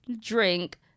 drink